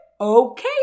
okay